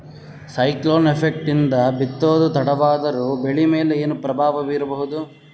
Cyclone effect ನಿಂದ ಬಿತ್ತೋದು ತಡವಾದರೂ ಬೆಳಿ ಮೇಲೆ ಏನು ಪ್ರಭಾವ ಬೀರಬಹುದು?